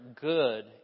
good